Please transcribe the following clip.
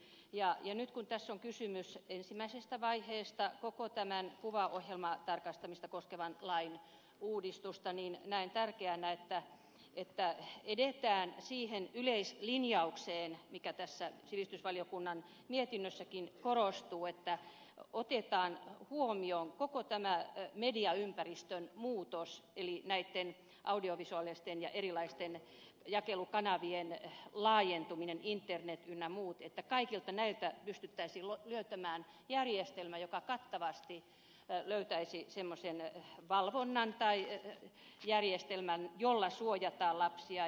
ja nyt kun tässä on kysymys ensimmäisestä vaiheesta koko tämän kuvaohjelmatarkastamista koskevan lain uudistuksessa niin näen tärkeänä että edetään siihen yleislinjaukseen mikä tässä sivistysvaliokunnan mietinnössäkin korostuu että otetaan huomioon koko tämä mediaympäristön muutos eli näitten audiovisuaalisten ja erilaisten jakelukanavien laajentuminen internet ynnä muut niin että kaikille näille pystyttäisiin löytämään järjestelmä joka kattavasti löytäisi semmoisen valvonnan tai järjestelmän jolla suojata lapsia